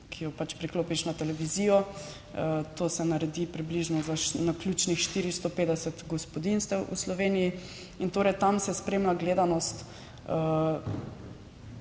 ki jo pač priklopiš na televizijo, to se naredi približno za naključnih 450 gospodinjstev v Sloveniji, in torej tam se spremlja gledanost